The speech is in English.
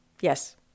Yes